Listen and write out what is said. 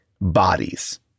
bodies